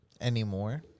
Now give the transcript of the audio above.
anymore